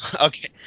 Okay